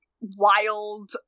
wild